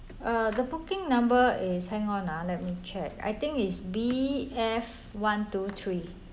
uh the booking number is hang on ha let me check I think is B_F one two three